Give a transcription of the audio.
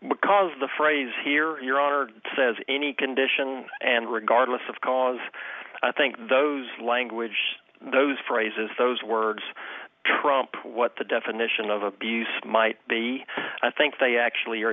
because the phrase here your honor says any condition and regardless of cause i think those language those phrases those words trump what the definition of abuse might be i think they actually